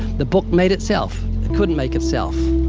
the book made itself. it couldn't make itself.